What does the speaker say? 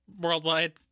worldwide